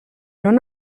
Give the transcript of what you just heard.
non